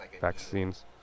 Vaccines